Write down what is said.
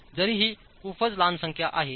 जरी ही खूपच लहान संख्या आहे